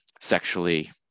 sexually